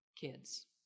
kids